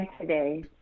today